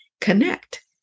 connect